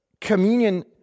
communion